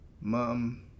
Mom